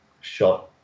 shot